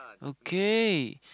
okay